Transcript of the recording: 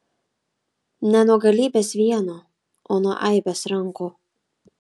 ne nuo galybės vieno o nuo aibės rankų